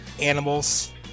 animals